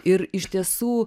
ir iš tiesų